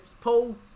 Paul